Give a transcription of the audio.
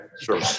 Sure